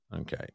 Okay